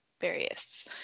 various